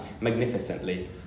magnificently